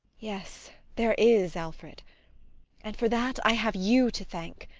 yes, there is, alfred and for that i have you to thank.